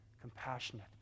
compassionate